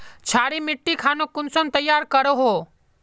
क्षारी मिट्टी खानोक कुंसम तैयार करोहो?